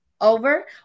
over